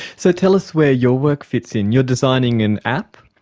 so tell us where your work fits in. you're designing an app?